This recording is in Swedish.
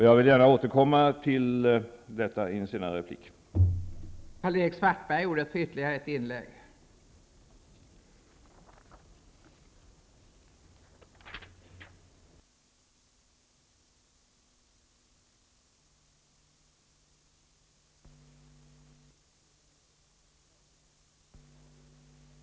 Jag vill gärna återkomma till detta i ett senare inlägg.